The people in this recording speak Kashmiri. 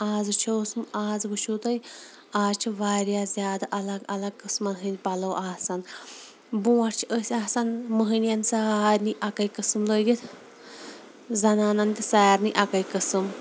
اَز چھُ اوسُم اَز وُچھو تُہۍ اَز چھِ واریاہ زیادٕ الگ الگ قٕسمَن ہِنٛدۍ پَلَو آسان برونٛٹھ چھِ ٲسۍ آسان مٔہنِیَن سارنی اَکٕے قٕسٕم لٲگِتھ زَنانَن تہٕ سارنی اَکٕے قٕسٕم